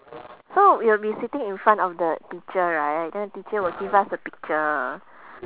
so you'll be sitting in front of the teacher right then the teacher will give us the picture